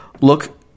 look